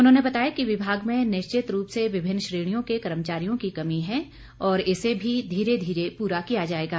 उन्होंने बताया कि विभाग में निश्चित रूप से विभिन्न श्रेणियों के कर्मचारियों की कमी है और इसे भी धीरे धीरे पूरा किया जाएगा